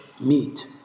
meat